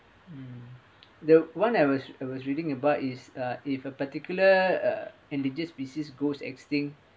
mm the one I was I was reading about is uh if a particular uh and the just species go extinct